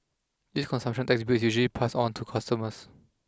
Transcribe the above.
this consumption tax bill is usually passed on to customers